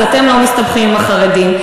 אז אתם לא מסתבכים עם החרדים,